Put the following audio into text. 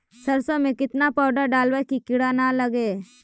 सरसों में केतना पाउडर डालबइ कि किड़ा न लगे?